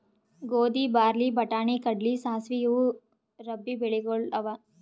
ಗೋಧಿ, ಬಾರ್ಲಿ, ಬಟಾಣಿ, ಕಡ್ಲಿ, ಸಾಸ್ವಿ ಇವು ರಬ್ಬೀ ಬೆಳಿಗೊಳ್ ಅವಾ